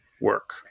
work